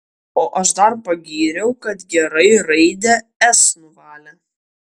o aš dar pagyriau kad gerai raidę s nuvalė